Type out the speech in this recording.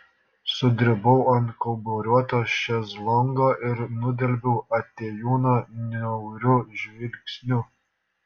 sudribau ant kauburiuoto šezlongo ir nudelbiau atėjūną niauriu žvilgsniu